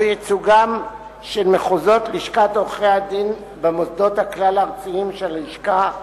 הוא ייצוגם של מחוזות לשכת עורכי-הדין במוסדות הכלל-ארציים של הלשכה,